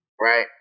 right